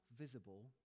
visible